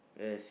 yes